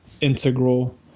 integral